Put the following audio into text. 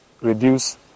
reduce